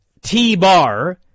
T-bar